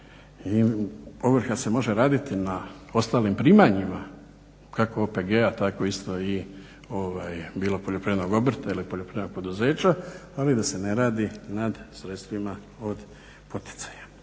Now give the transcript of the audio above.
i ovrha se može raditi na ostalim primanjima kako OPG-a tako isto i bilo poljoprivrednog obrta ili poljoprivrednog poduzeća ali da se ne radi nad sredstvima od poticaja.